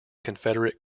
confederate